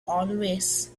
always